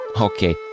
Okay